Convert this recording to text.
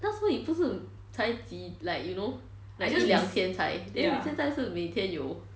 那时候你不是才几 like you know 一两天才 then 你现在是每天有